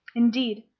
indeed!